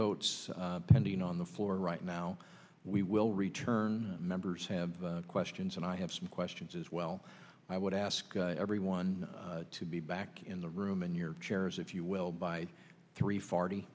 boats pending on the floor right now we will return members have questions and i have some questions as well i would ask everyone to be back in the room in your chairs if you will by three forty